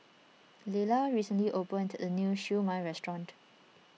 Lelar recently opened a new Siew Mai restaurant